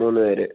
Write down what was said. മൂന്ന് പേർ